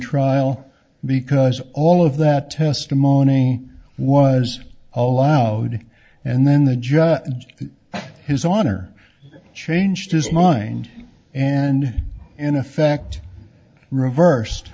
trial because all of that testimony was allowed and then the judge has on or changed his mind and in effect reversed